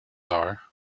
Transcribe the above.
are